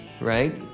right